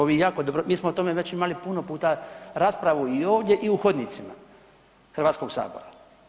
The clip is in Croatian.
To vi jako dobro, mi smo o tome već imali puno puta raspravu i ovdje i u hodnicima Hrvatskog sabora.